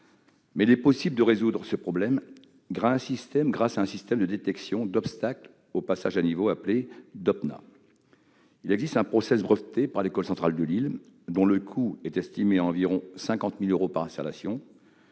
Mais il est possible de résoudre ce problème grâce à un système de détecteurs d'obstacles sur passage à niveau automatique, appelé Dopna. Il existe un process breveté par l'École centrale de Lille, dont le coût est estimé à environ 50 000 euros par installation.